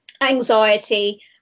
anxiety